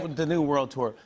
the new world tour.